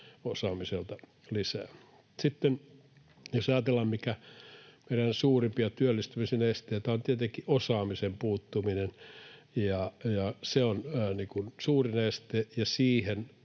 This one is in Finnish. tki-osaamista lisää. Sitten jos ajatellaan, mikä on meidän suurimpia työllistymisen esteitä, se on tietenkin osaamisen puuttuminen. Se on suurin este, ja siinä